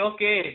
Okay